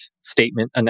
statement